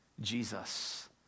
Jesus